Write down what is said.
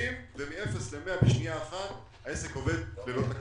ומאפס למאה בשנייה אחת העסק עובד ללא תקלות.